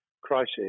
crisis